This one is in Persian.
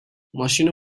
ماشینو